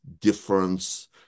difference